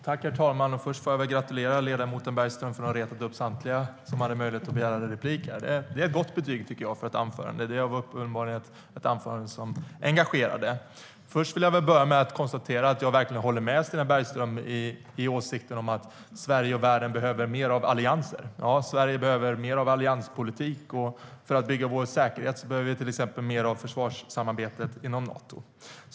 Herr talman! Först får jag gratulera ledamoten Bergström till att ha retat upp samtliga som har möjlighet att begära replik. Det tycker jag är ett gott betyg för ett anförande; det var uppenbarligen ett anförande som engagerade. Jag håller verkligen med Stina Bergström i åsikten om att Sverige och världen behöver mer av allianser. Sverige behöver mer av allianspolitik, och för att bygga vår säkerhet behöver vi till exempel mer av försvarssamarbetet inom Nato.